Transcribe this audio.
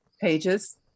pages